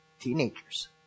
teenagers